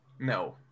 No